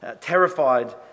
terrified